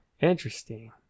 Interesting